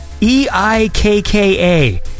E-I-K-K-A